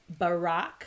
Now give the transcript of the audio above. barack